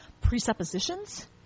presuppositions